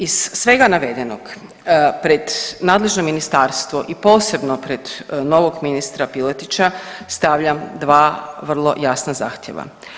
Iz svega navedenog pred nadležno ministarstvo i posebno pred novog ministra Piletića stavljam dva vrlo jasna zahtjeva.